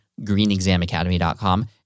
greenexamacademy.com